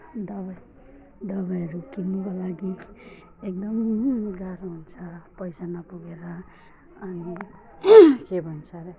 अन्त दबाई दबाईहरू किन्नुको लागि एकदम गाह्रो हुन्छ पैसा नपुगेर अनि के भन्छ अरे